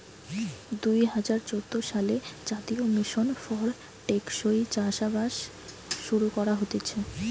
দুই হাজার চোদ্দ সালে জাতীয় মিশন ফর টেকসই চাষবাস শুরু করা হতিছে